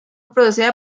producida